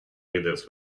readers